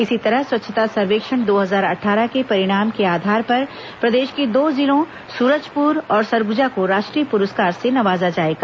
इसी तरह स्वच्छता सर्वेक्षण दो हजार अट्ठारह के परिणाम के आधार पर प्रदेश के दो जिलों सूरजपुर और सरगुजा को राष्ट्रीय पुरस्कार से नवाजा जाएगा